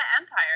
empire